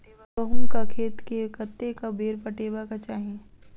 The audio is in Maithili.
गहुंमक खेत केँ कतेक बेर पटेबाक चाहि?